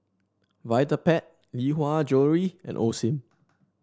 Vitapet Lee Hwa Jewellery and Osim